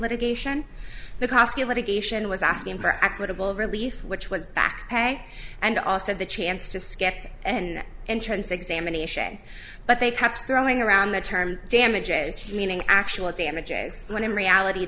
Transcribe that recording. litigation the cost to litigation was asking for equitable relief which was back pay and also the chance to sketch an entrance examination but they kept throwing around the term damages meaning actual damages when in reality